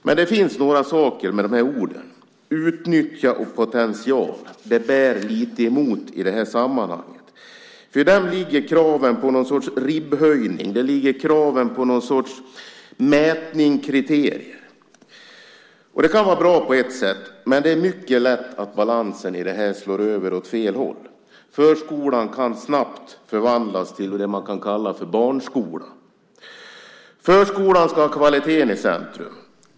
Men det bär lite emot att använda orden "utnyttja" och "potential" i det här sammanhanget. Däri ligger krav på någon sorts ribbhöjning, mätning och kriterier. Det kan vara bra på ett sätt, men det är mycket lätt att det blir obalans och att det slår över åt fel håll. Förskolan kan snabbt förvandlas till det man kan kalla barnskola. Förskolan ska ha kvaliteten i centrum.